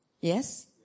Yes